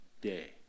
day